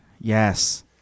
Yes